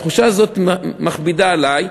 התחושה הזאת מכבידה עלי,